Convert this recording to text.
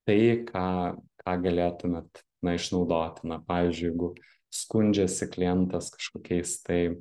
tai ką ką galėtumėt na išnaudoti na pavyzdžiui jeigu skundžiasi klientas kažkokiais tai